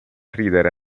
ridere